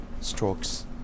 strokes